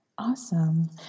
Awesome